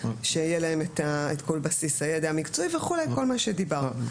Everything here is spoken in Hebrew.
לכך שיהיה להם את כל בסיס הידע המקצועי וכו' כל מה שדיברנו.